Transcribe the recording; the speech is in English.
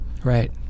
Right